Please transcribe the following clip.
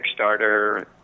Kickstarter